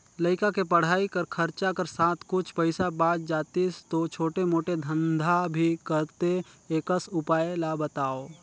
लइका के पढ़ाई कर खरचा कर साथ कुछ पईसा बाच जातिस तो छोटे मोटे धंधा भी करते एकस उपाय ला बताव?